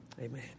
amen